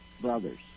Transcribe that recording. brothers